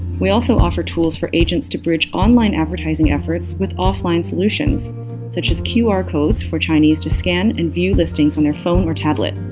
we also offer tools for agents to bridge online advertising efforts with offline solutions such as qr codes for chinese to scan and view listings on their phone or tablet,